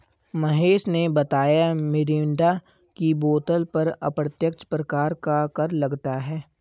महेश ने बताया मिरिंडा की बोतल पर अप्रत्यक्ष प्रकार का कर लगता है